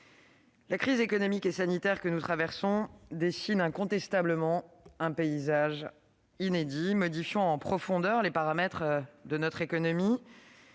la crise économique et sanitaire que nous traversons dessine incontestablement un paysage inédit, modifiant en profondeur les paramètres de notre économie,